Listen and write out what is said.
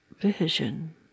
vision